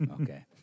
Okay